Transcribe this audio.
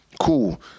Cool